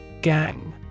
Gang